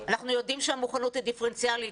אנחנו יודעים שהמוכנות היא דיפרנציאלית,